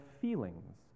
feelings